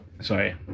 Sorry